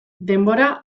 denbora